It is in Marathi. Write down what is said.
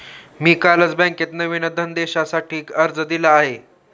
मी कालच बँकेत नवीन धनदेशासाठी अर्ज दिला आहे